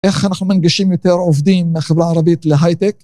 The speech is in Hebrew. איך אנחנו מנגישים יותר עובדים מהחברה הערבית להייטק